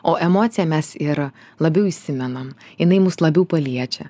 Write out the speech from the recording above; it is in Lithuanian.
o emocija mes ir labiau įsimenam jinai mus labiau paliečia